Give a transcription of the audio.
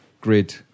Grid